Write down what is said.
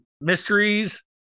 mysteries